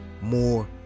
more